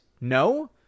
No